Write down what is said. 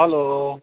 hello